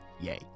Yay